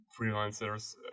freelancers